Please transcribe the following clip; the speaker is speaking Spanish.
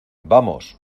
vamos